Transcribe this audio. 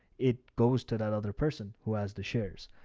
it goes to that other person who has the shares.